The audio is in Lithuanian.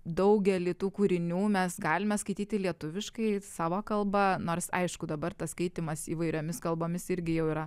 daugelį tų kūrinių mes galime skaityti lietuviškai savo kalba nors aišku dabar tas skaitymas įvairiomis kalbomis irgi jau yra